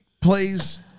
plays